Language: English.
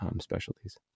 specialties